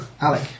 Alec